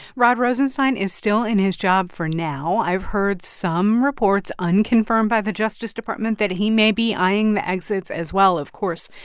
rod rosenstein is still in his job for now. i've heard some reports, unconfirmed by the justice department, that he may be eyeing the exits, as well. of course,